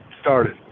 started